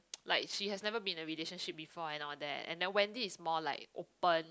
like she has never been in a relationship before and all that and then Wendy is more like open